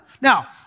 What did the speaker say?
Now